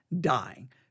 dying